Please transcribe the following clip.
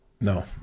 No